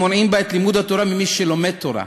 מונעים בה את לימוד התורה ממי שלומד תורה.